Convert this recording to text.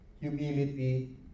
humility